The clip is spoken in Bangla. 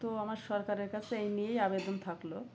তো আমার সরকারের কাছে এই নিয়েই আবেদন থাকলো